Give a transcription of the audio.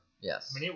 Yes